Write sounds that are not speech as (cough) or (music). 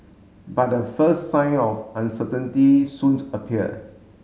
but the first sign of uncertainty soon (unintelligible) appear